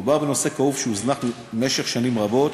מדובר בנושא כאוב שהוזנח שנים רבות,